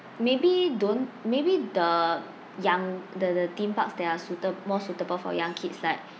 maybe don't maybe the young the the theme parks that are suita~ more suitable for young kids like